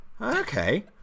okay